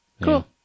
Cool